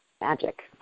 magic